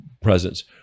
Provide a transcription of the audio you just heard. presence